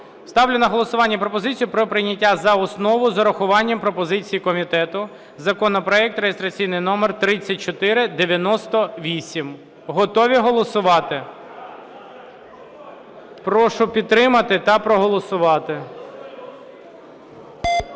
Ставлю на голосування пропозицію про прийняття за основу з урахуванням пропозицій комітету законопроект реєстраційний номер 3498. Готові голосувати? Прошу підтримати та проголосувати.